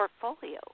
portfolio